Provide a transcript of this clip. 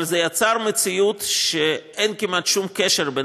אבל זה יצר מציאות שאין כמעט שום קשר בין